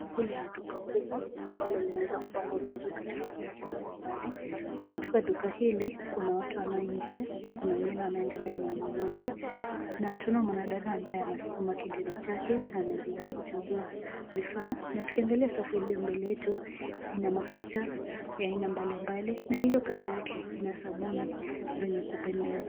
Hili ni duka kubwa ambalo limeweza kupangwa vitu katika masafu mbalimbali. Katika duka hili kuna watu wanaoingia na kuna wengine wanaoendela na ununuzi. Na tuna mwanadada ambaye anaskuma kigiri chake na anaendela kuchagua bidhaa, na tukianagalia safu iliyo mbele yetu ina mafuta ya aina mbalimbali na iliyo mbele yake ina sabuni zenye kupendeza.